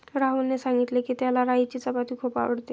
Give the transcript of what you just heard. राहुलने सांगितले की, त्याला राईची चपाती खूप आवडते